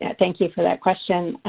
and thank you for that question.